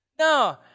No